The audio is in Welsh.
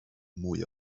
mwy